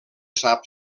sap